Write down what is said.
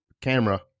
camera